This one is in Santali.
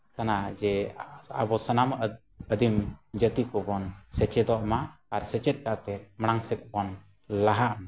ᱠᱟᱱᱟ ᱡᱮ ᱟᱵᱚ ᱥᱟᱱᱟᱢ ᱟᱹᱫᱤᱢ ᱠᱚᱵᱚᱱ ᱥᱮᱪᱮᱫᱚᱜ ᱢᱟ ᱟᱨ ᱥᱮᱪᱮᱫ ᱠᱟᱛᱮᱫ ᱢᱟᱲᱟᱝ ᱥᱮᱫ ᱵᱚᱱ ᱞᱟᱦᱟᱜ ᱢᱟ